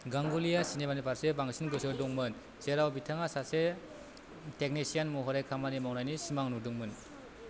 गांगुलीआ सिनेमानिफारसे बांसिन गोसो दंमोन जेराव बिथाङा सासे टेकनिसियान महरै खामानि मावनायनि सिमां नुदोंमोन